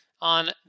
on